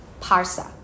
parsa